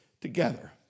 together